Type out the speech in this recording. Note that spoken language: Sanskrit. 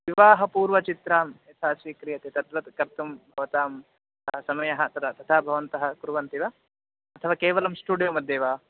विवाहपूर्वचित्रं यथा स्वीक्रियते तत्र कर्तुं भवतां समयः तदा तथा भवन्तः कुर्वन्ति वा अथवा केवलं स्टुडियो मध्ये वा